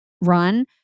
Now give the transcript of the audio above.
run